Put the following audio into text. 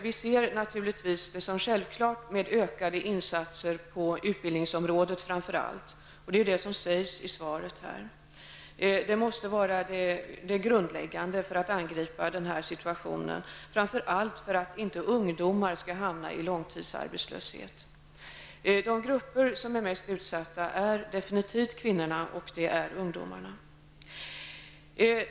Vi ser naturligtvis det som självklart att man ökar insatserna på framför allt utbildningsområdet. Det sägs också i svaret. Det måste vara det grundläggande för att angripa problemen, framför allt för att ungdomar inte skall hamna i långtidsarbetslöshet. De grupper som är mest utsatta är definitivt kvinnor och ungdomar.